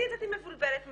אני יצאתי מבולבלת מזל,